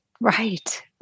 Right